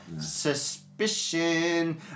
Suspicion